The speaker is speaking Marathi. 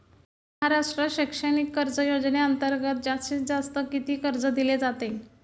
महाराष्ट्र शैक्षणिक कर्ज योजनेअंतर्गत जास्तीत जास्त किती कर्ज दिले जाते?